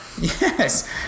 Yes